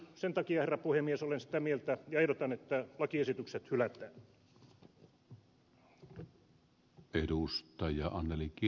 sen takia herra puhemies olen sitä mieltä ja ehdotan että lakiesitykset hylätään